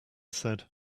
said